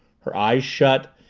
her eyes shut,